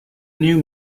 new